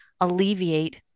alleviate